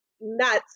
nuts